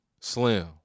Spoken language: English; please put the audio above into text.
Slim